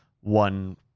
one